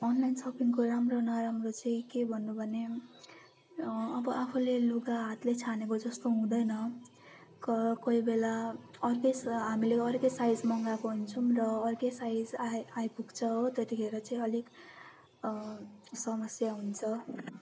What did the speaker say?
online सपिङको राम्रो नराम्रो चाहिँ के भन्नु भने अब आफूले लुगा हातले छानेको जस्तो हुँदैन क कोही बेला अर्कै हामीले अर्कै साइज मगाएको हुन्छौँ र अर्कै साइज आइपुग्छ हो त्यतिखेर चाहिँ अलिक समस्या हुन्छ